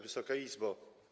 Wysoka Izbo!